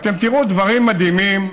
אתם תראו דברים מדהימים,